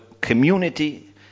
community